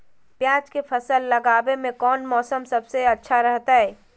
प्याज के फसल लगावे में कौन मौसम सबसे अच्छा रहतय?